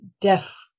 deaf